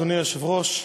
אדוני היושב-ראש,